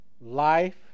Life